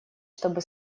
чтобы